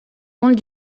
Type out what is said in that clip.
ont